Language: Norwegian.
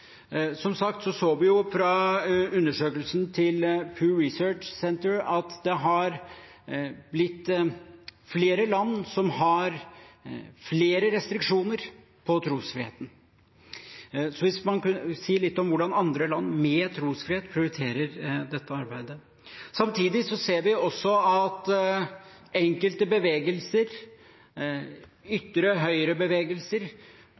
Som sagt så vi fra undersøkelsen til Pew Research Center at det har blitt flere land som har flere restriksjoner på trosfriheten. Kunne man si litt om hvordan andre land med trosfrihet prioriterer dette arbeidet? Samtidig ser vi også at enkelte bevegelser,